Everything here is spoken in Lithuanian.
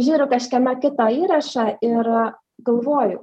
žiūriu kažkieno kito įrašą ir galvoju